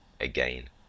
again